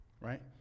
right